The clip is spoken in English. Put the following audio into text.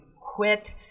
quit